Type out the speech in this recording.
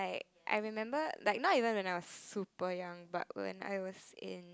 I remember like even when I was super young but when I was in